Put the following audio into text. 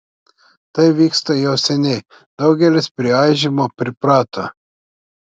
tai vyksta jau seniai daugelis prie aižymo priprato